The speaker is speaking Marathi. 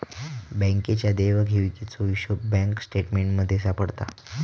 बँकेच्या देवघेवीचो हिशोब बँक स्टेटमेंटमध्ये सापडता